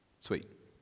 Sweet